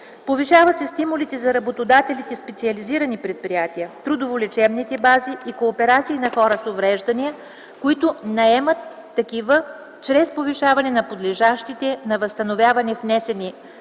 Повишават се стимулите за работодатели-специализирани предприятия, трудово-лечебни бази и кооперации на хора с увреждания, които наемат хора с увреждания, чрез повишаване на подлежащите на възстановяване внесените